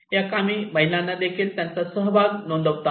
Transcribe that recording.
या कामात महिलांनी देखील त्यांचा सहभाग नोंदवला